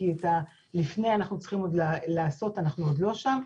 כי את כל מה שלפני אנחנו צריכים עוד לעשות ואנחנו עדיין לא שם.